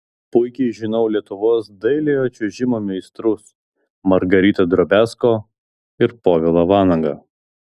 puikiai žinau lietuvos dailiojo čiuožimo meistrus margaritą drobiazko ir povilą vanagą